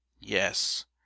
yes